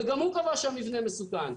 וגם הוא קבע שהמבנה מסוכן.